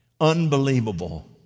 Unbelievable